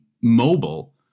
mobile